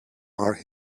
are